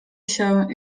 się